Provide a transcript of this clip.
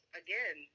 again